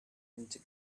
into